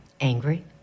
Angry